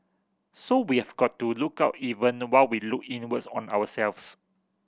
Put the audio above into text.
so we have got to look out even while we look inwards on ourselves